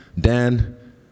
Dan